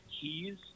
keys